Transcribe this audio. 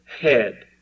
head